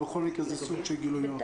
בכל מקרה, זה סוג של גילוי נאות.